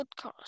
podcast